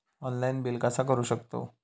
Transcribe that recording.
Online bill कसा करु शकतव?